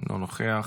אינו נוכח.